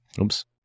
oops